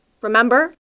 Remember